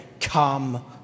Come